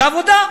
ועבודה?